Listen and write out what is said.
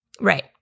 Right